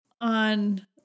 on